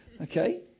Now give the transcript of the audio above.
Okay